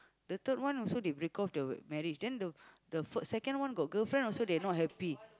the third one also they break off the marriage then the the first second one got girlfriend also they not happy